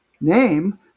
name